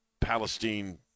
Palestine